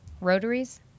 Rotaries